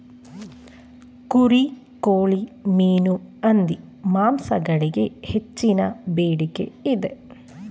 ಕುರಿ, ಕೋಳಿ, ಮೀನು, ಹಂದಿ ಮಾಂಸಗಳಿಗೆ ಹೆಚ್ಚಿನ ಬೇಡಿಕೆ ಇದೆ